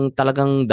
talagang